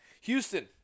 Houston